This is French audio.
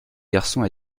garçons